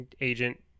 agent